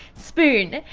spoon!